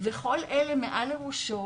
וכל אלה מעל לראשו